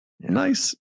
Nice